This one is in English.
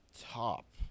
top